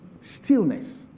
stillness